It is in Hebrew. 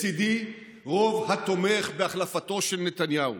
לצידי רוב התומך בהחלפתו של נתניהו,